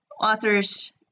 authors